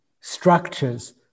structures